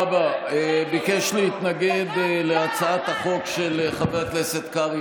ביקש להתנגד להצעת החוק של חבר הכנסת קרעי